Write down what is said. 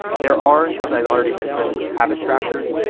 there are, as i've already mentioned habit trackers,